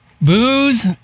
Booze